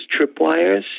tripwires